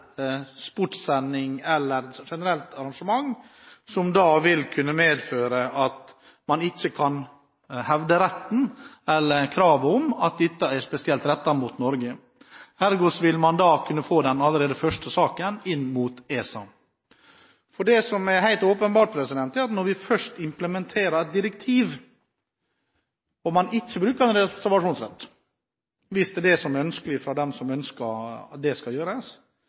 eller er dette en generell sportssending eller et generelt arrangement som medfører at man ikke kan hevde at dette er spesielt rettet mot Norge? Ergo vil man allerede da kunne få den første saken inn mot ESA. Det som er helt åpenbart, er at når vi først implementerer et direktiv og man ikke bruker reservasjonsretten – hvis det er det som er ønskelig